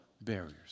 barriers